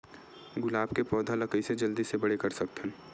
गुलाब के पौधा ल कइसे जल्दी से बड़े कर सकथन?